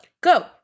go